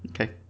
Okay